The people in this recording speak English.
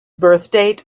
birthdate